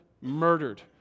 murdered